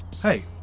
hey